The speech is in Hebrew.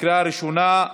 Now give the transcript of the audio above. לקריאה ראשונה.